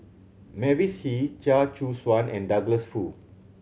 Mavis Hee Chia Choo Suan and Douglas Foo